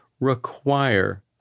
require